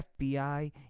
FBI